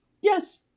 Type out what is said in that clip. Yes